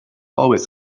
always